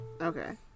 Okay